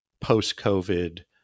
post-COVID